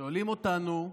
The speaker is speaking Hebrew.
שואלים אותנו: